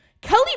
Kelly